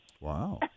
Wow